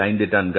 5 டன்கள்